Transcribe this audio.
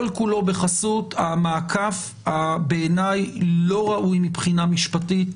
כל כולו בחסות המעקף שבעיניי הוא לא ראוי מבחינה משפטית,